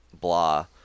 blah